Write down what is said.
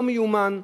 לא מיומן.